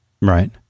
right